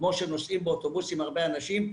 כמו שנוסעים באוטובוסים הרבה אנשים,